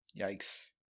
Yikes